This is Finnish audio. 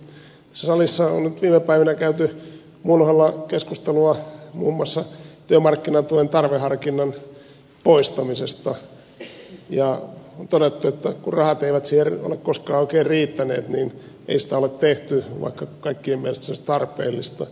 tässä salissa on nyt viime päivinä käyty muun ohella keskustelua muun muassa työmarkkinatuen tarveharkinnan poistamisesta ja on todettu että kun rahat siihen eivät ole koskaan oikein riittäneet niin ei sitä ole tehty vaikka kaikkien mielestä se olisi tarpeellista